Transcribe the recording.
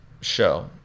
show